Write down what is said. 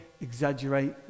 exaggerate